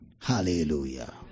Hallelujah